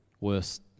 worst